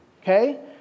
Okay